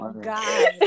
god